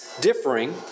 differing